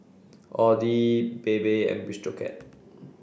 Audi Bebe and Bistro Cat